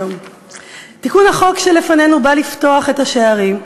תיקון החוק שלפנינו בא לפתוח את השערים.